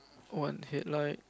one headlight